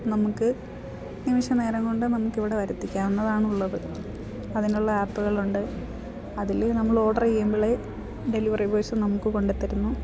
നമുക്ക് നിമിഷ നേരം കൊണ്ട് നമുക്ക് ഇവിടെ വരുത്തിക്കാവുന്നതാണ് ഉള്ളത് അതിനുള്ള ആപ്പുകളുണ്ട് അതിൽ നമ്മൾ ഓർഡർ ചെയ്യമ്പോൾ ഡെലിവറി ബോയ്സ് നമുക്ക് കൊണ്ട് തരുന്നു